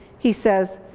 he says,